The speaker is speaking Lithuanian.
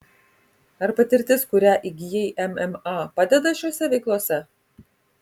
ar patirtis kurią įgijai mma padeda šiose veiklose